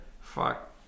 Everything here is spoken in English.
Fuck